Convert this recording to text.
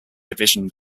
division